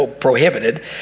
prohibited